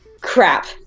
Crap